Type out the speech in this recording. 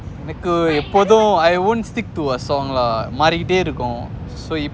எனக்கு எப்போதும்:enakku eppothum I won't stick to a song lah மாறி கிட்டே இருக்கும்:maari kitte irukkum